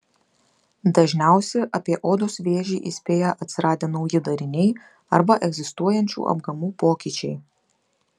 dažniausi apie odos vėžį įspėja atsiradę nauji dariniai arba egzistuojančių apgamų pokyčiai